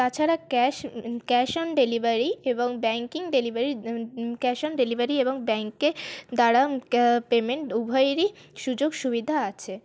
তাছাড়া cash cash on delivery এবং banking delivery cash on delivery এবং ব্যাঙ্কের দ্বারা ক্যা পেমেন্ট উভয়েরই সুযোগ সুবিধা আছে